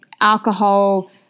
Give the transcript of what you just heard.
alcohol